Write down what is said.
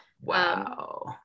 Wow